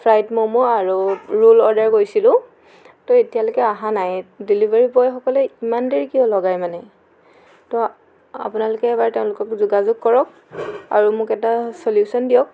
fried momo আৰু roll order কৰিছিলো ত' এতিয়ালৈকে অহা নাই ডেলিভাৰী বয়সকলে ইমান দেৰি কিয় লগাই মানে ত' আপোনালোকে এবাৰ তেওঁলোকক যোগাযোগ কৰক আৰু মোক এটা ছ'লিউশ্যন দিয়ক